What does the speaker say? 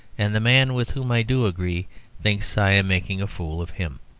and the man with whom i do agree thinks i am making a fool of him.